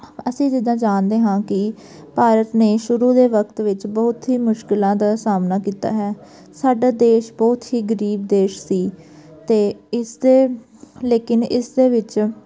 ਅਸੀਂ ਜਿੱਦਾਂ ਜਾਣਦੇ ਹਾਂ ਕਿ ਭਾਰਤ ਨੇ ਸ਼ੁਰੂ ਦੇ ਵਕਤ ਵਿੱਚ ਬਹੁਤ ਹੀ ਮੁਸ਼ਕਿਲਾਂ ਦਾ ਸਾਹਮਣਾ ਕੀਤਾ ਹੈ ਸਾਡਾ ਦੇਸ਼ ਬਹੁਤ ਹੀ ਗਰੀਬ ਦੇਸ਼ ਸੀ ਅਤੇ ਇਸਦੇ ਲੇਕਿਨ ਇਸ ਦੇ ਵਿੱਚ